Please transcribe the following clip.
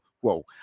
Whoa